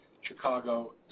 Chicago